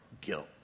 guilt